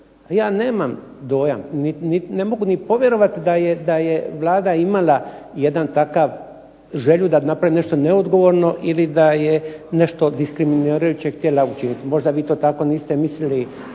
ja nemam dojam niti ne mogu ni povjerovati da je Vlada imala jedan takav, želju da napravi nešto neodgovorno ili da je nešto diskriminirajuće htjela učiniti. Možda vi to tako niste mislili